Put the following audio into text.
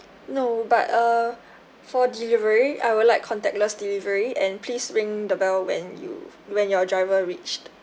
no but uh for delivery I would like contactless delivery and please ring the bell when you when your driver reached